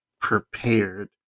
prepared